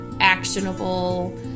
actionable